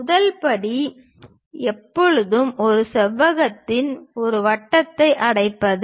முதல் படி எப்போதும் ஒரு செவ்வகத்தில் ஒரு வட்டத்தை அடைப்பது